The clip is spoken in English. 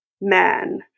man